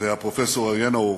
והפרופסור אריה נאור,